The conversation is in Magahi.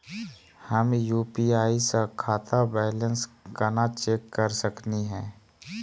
हम यू.पी.आई स खाता बैलेंस कना चेक कर सकनी हे?